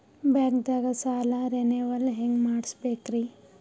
ಬ್ಯಾಂಕ್ದಾಗ ಸಾಲ ರೇನೆವಲ್ ಹೆಂಗ್ ಮಾಡ್ಸಬೇಕರಿ?